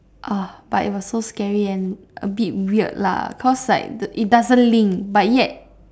ah but it was so scary and a bit weird lah cause like it doesn't link but yet